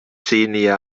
xenia